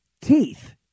teeth